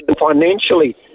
financially